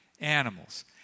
animals